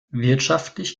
wirtschaftlich